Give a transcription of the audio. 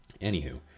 anywho